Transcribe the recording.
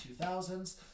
2000s